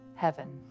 heaven